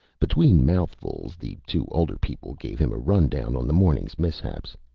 between mouthfuls, the two older people gave him a rundown on the morning's mishaps.